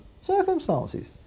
circumstances